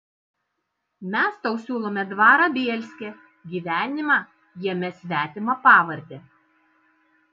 mes tau siūlome dvarą bielske gyvenimą jame svetima pavarde